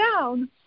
down